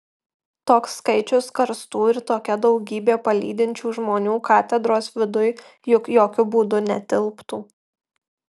toks skaičius karstų ir tokia daugybė palydinčių žmonių katedros viduj juk jokiu būdu netilptų